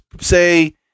say